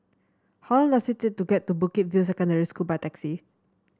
how long does it take to get to Bukit View Secondary School by taxi